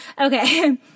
Okay